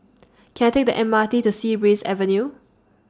Can I Take The M R T to Sea Breeze Avenue